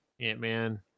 Ant-Man